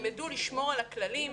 הם ידעו לשמור על הכללים,